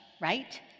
right